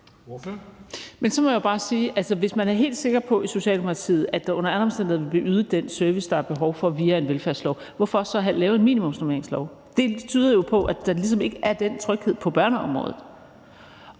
er helt sikker på, at der under alle omstændigheder vil blive ydet den service, der er behov for via en velfærdslov, hvorfor så lave en minimumsnormeringslov? Det tyder jo på, at der ligesom ikke er den tryghed på børneområdet.